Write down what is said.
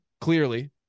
clearly